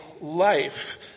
life